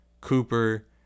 Cooper